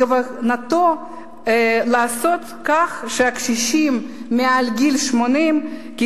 בכוונתו לעשות כך שהקשישים מעל גיל 80 יצטרכו,